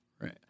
Right